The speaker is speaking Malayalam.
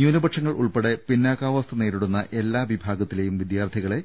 ന്യൂനപക്ഷങ്ങൾ ഉൾപ്പെടെ പിന്നാക്കാവസ്ഥ നേരിടുന്ന എല്ലാ വിഭാഗത്തി ലെയും വിദ്യാർത്ഥികളെ